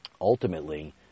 ultimately